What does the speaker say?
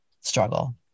struggle